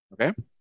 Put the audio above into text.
okay